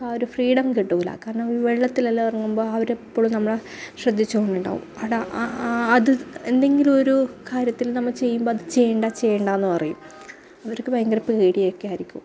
ആ ഒരു ഫ്രീഡം കിട്ടില്ല കാരണം ഈ വെള്ളത്തിലെല്ലാം ഇറങ്ങുമ്പോൾ അവർ എപ്പോഴും നമ്മളെ ശ്രദ്ധിച്ച് കൊണ്ട് ഉണ്ടാവും അത് എന്തെങ്കിലും ഒരു കാര്യത്തില് നമ്മൾ ചെയ്യുമ്പോൾ അത് ചെയ്യണ്ട ചെയ്യണ്ട എന്ന് പറയും അവർക്ക് ഭയങ്കര പേടി ഒക്കെ ആയിരിക്കും